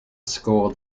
score